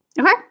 Okay